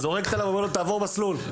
ואומרת לו: תעבור מסלול.